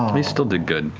um you still did good,